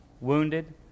Wounded